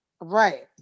Right